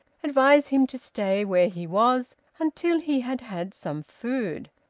advise him to stay where he was until he had had some food.